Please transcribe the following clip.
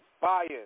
Fire